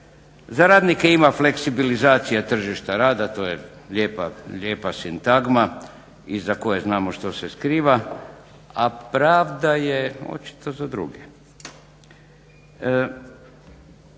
Za radnike ima fleksibilizacija tržišta rada. To je lijepa sintagma iza koje znamo što se skriva, a pravda je očito za druge.